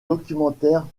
documentaire